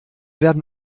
werden